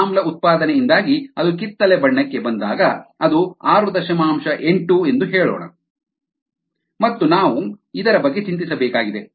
ಆಮ್ಲ ಉತ್ಪಾದನೆಯಿಂದಾಗಿ ಅದು ಕಿತ್ತಳೆ ಬಣ್ಣಕ್ಕೆ ಬಂದಾಗ ಅದು ಆರು ದಶಮಾಂಶ ಎಂಟು ಎಂದು ಹೇಳೋಣ ಮತ್ತು ನಾವು ಇದರ ಬಗ್ಗೆ ಚಿಂತಿಸಬೇಕಾಗಿದೆ